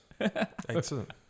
Excellent